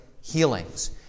healings